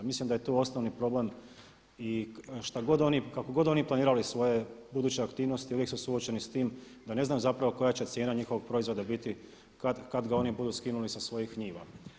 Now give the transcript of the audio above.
Mislim da je tu osnovni problem i šta god oni, kako god oni planirali svoje buduće aktivnosti uvijek su suočeni s time da ne znaju zapravo koja će cijena njihovih proizvoda biti kada ga oni budu skinuli sa svojih njiva.